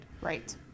Right